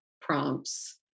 prompts